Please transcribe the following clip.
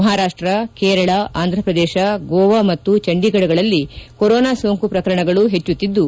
ಮಹಾರಾಪ್ಸ ಕೇರಳ ಆಂಧ್ರಪ್ರದೇಶ ಗೋವಾ ಮತ್ತು ಚಂಡೀಗಢಗಳಲ್ಲಿ ಕೊರೋನಾ ಸೋಂಕು ಪ್ರಕರಣಗಳು ಹೆಚ್ಚುತ್ತಿದ್ದು